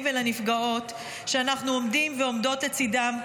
ולנפגעות שאנחנו עומדים ועומדות לצידם.